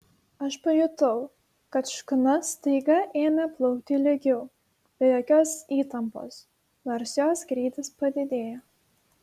aš pajutau kad škuna staiga ėmė plaukti lygiau be jokios įtampos nors jos greitis padidėjo